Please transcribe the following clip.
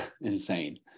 Insane